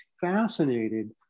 fascinated